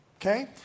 okay